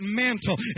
mantle